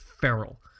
feral